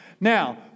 Now